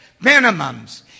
minimums